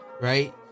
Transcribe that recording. right